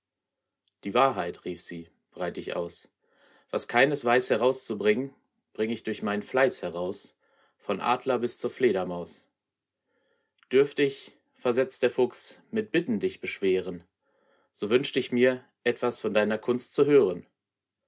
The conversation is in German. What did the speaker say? die wahrheit rief sie breit ich aus was keines weiß herauszubringen bring ich durch meinen fleiß heraus vorn adler bis zur fledermaus dürft ich versetzt der fuchs mit bitten dich beschweren so wünscht ich mir etwas von deiner kunst zu hören